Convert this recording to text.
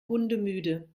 hundemüde